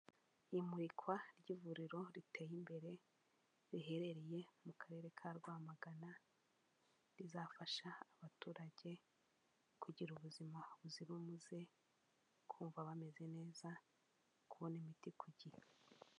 Imurikwa ry'ivuriro riteye imbere riherereye mu karere ka Rwamagana, rizafasha abaturage kugira ubuzima buzira umuze, kumva bameze neza, kubona imiti ku gihe.